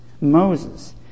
Moses